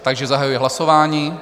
Takže zahajuji hlasování.